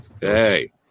hey